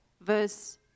verse